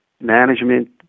management